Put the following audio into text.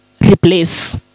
replace